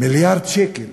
מיליארד שקל,